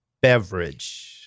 Beverage